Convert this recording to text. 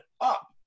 up